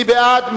מי בעד?